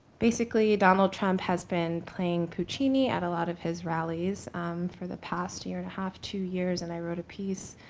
basically, donald trump has been playing puccini at a lot of his rallies for the past year and a half, two years, and i wrote a piece,